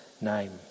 name